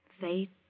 Fate